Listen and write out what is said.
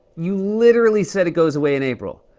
you literally said it goes away in april.